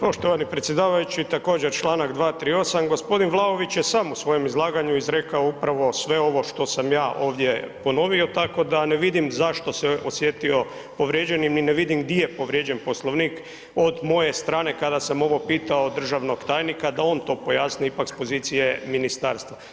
Poštovani predsjedavajući, također čl. 238., g. Vlaović je sam u svojem izlaganju izrekao upravo sve ovo što sam ja ovdje ponovio, tako da ne vidim zašto se osjetio povređenim i ne vidim gdi je povrijeđen Poslovnik od moje strane kada sam ovo pitao državnog tajnika da on to pojasni ipak s pozicije ministarstva.